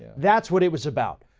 that's what it was about.